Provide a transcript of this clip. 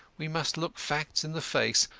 we must look facts in the face.